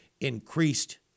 increased